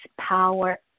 power